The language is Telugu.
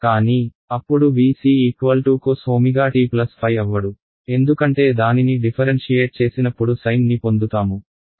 కానీ అప్పుడు V c cos ω t ϕ అవ్వడు ఎందుకంటే దానిని డిఫరెన్షియేట్ చేసినప్పుడు సైన్ ని పొందుతాము